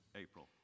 April